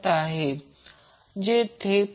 तर म्हणूनच V 0 कारण हे कर्व V साठी आहे V 0